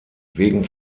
wegen